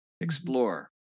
explore